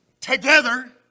together